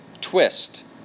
twist